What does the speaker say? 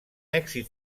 èxit